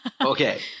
Okay